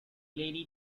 lady